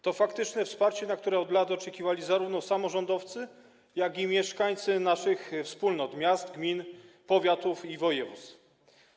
To faktyczne wsparcie, na które od lat oczekiwali zarówno samorządowcy, jak i mieszkańcy naszych wspólnot: miast, gmin, powiatów i województw.